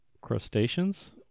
crustaceans